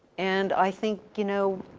and i think you know,